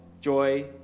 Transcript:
joy